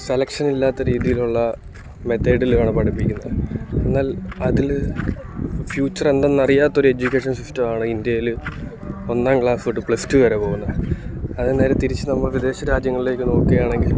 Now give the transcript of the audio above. സെലക്ഷനില്ലാത്ത രീതിയിലുള്ള മെതേടിലുവാണ് പഠിപ്പിക്കുന്നത് എന്നാൽ അതില് ഫ്യൂച്ചറെന്തെന്നറിയാത്തൊരെജ്യുക്കേഷൻ സിസ്റ്റമാണ് ഇന്ത്യയില് ഒന്നാം ക്ലാസ്തൊട്ട് പ്ലസ് റ്റു വരെ വരെ പോകുന്നത് അത് നേരെ തിരിച്ച് നമ്മൾ വിദേശ രാജ്യങ്ങൾളിലേക്കു നോക്കുകയാണെങ്കിൽ